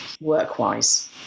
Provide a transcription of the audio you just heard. work-wise